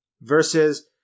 Versus